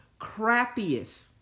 crappiest